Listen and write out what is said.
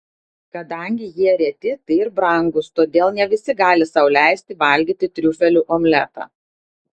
kadangi jie reti tai ir brangūs todėl ne visi gali sau leisti valgyti triufelių omletą